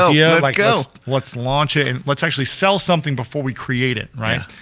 ah yeah like let's launch it and let's actually sell something, before we create it, right?